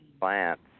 plants